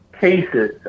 cases